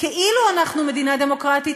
כאילו אנחנו מדינה דמוקרטית,